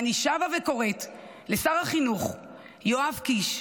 אני שבה וקוראת לשר החינוך יואב קיש,